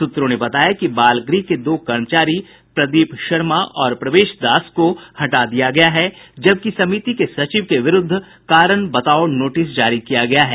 सूत्रों ने बताया कि बाल गृह के दो कर्मचारी प्रदीप शर्मा और प्रवेश दास को हटा दिया गया है जबकि समिति के सचिव के विरुद्ध कारण बताओ नोटिस जारी किया गया है